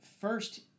first